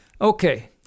Okay